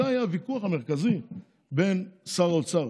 זה היה הוויכוח המרכזי בין שר האוצר